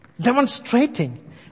Demonstrating